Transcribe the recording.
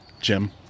Jim